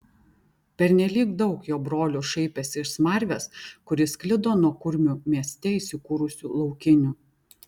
pernelyg daug jo brolių šaipėsi iš smarvės kuri sklido nuo kurmių mieste įsikūrusių laukinių